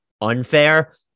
unfair